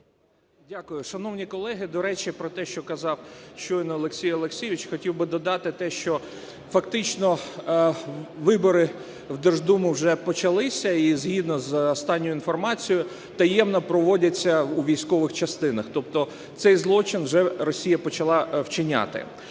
Дякую. Шановні колеги, до речі, про те, що казав щойно Олексій Олексійович. Хотів би додати те, що фактично вибори в Держдуму вже почалися, і згідно з останньою інформацією таємно проводяться у військових частинах. Тобто цей злочин вже Росія почала вчиняти.